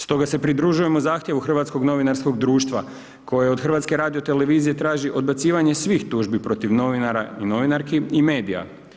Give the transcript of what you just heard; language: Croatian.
Stoga se pridružujemo zahtjevu Hrvatskog novinarskog društva, koje od HRT-a traži odbacivanje svih tužbi protiv novinara i novinarki i medija.